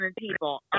people